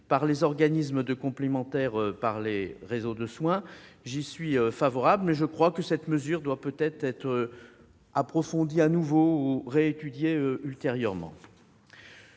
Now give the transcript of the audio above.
par les organismes de complémentaire pour les réseaux de soins, j'y suis favorable, mais je crois que cette mesure doit être approfondie de nouveau ou réétudiée ultérieurement.